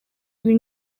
ibi